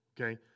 okay